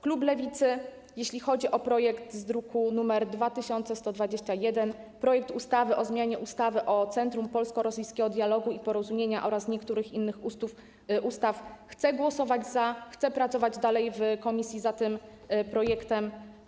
Klub Lewicy, jeśli chodzi o projekt z druku nr 2121, projekt ustawy o zmianie ustawy o Centrum Polsko-Rosyjskiego Dialogu i Porozumienia oraz niektórych innych ustaw, chce głosować za, chce pracować dalej w komisji nad tym projektem.